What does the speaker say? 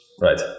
right